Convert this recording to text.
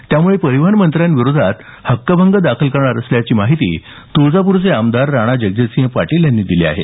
त्यामुळे परिवहन मंत्र्यांच्याविरोधात हक्कभंग दाखल करणार असल्याची माहिती तुळजापूरचे आमदार राणाजगजितसिंह पाटील यांनी दिली आहे